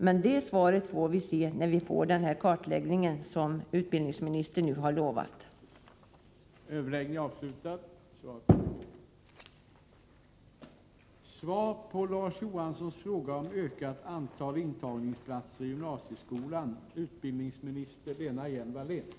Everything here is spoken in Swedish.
Besked om det får vi när den kartläggning som utbildningsministern har lovat kommer.